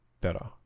better